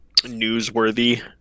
newsworthy